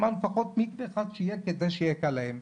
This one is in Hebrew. אמרנו לפחות מקווה אחד שיהיה קל להם.